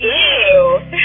ew